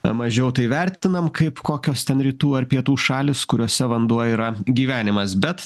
mažiau tai vertinam kaip kokios ten rytų ar pietų šalys kuriose vanduo yra gyvenimas bet